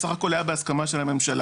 בסך הכול היה בהסכמה של הממשלה.